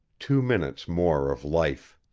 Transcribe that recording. two minutes more of life.